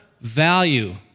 value